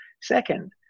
Second